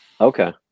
Okay